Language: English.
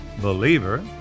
believer